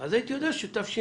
אז הייתי יודע שתשפ"א,